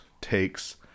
takes